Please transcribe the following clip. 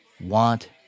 want